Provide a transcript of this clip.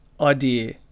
idea